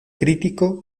crítico